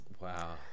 Wow